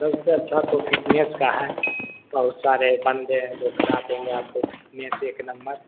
सबसे अच्छा तो फ़िटनेस का है बहुत सारे बंदे हैं जो करा देंगे आपको में से एक नम्बर